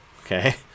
okay